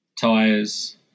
tires